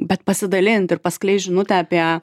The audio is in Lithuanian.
bet pasidalint ir paskleist žinutę apie